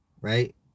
Right